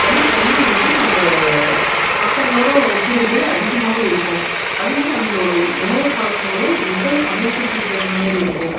தனித்தன்மை வந்து நம்ம மற்றவங்களோட ஒப்பிடும் போது அதிகமாக இருக்கும் அது மாரி அவங்களோட உணவுப்பழக்கங்களும் உடல் அமைப்புக்கு சேர்ந்த மாரி இருக்கும்